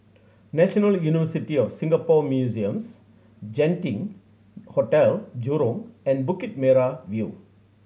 National University of Singapore Museums Genting Hotel Jurong and Bukit Merah View